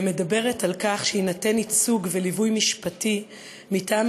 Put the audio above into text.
מדברת על כך שיינתנו ייצוג וליווי משפטיים מטעם